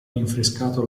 rinfrescato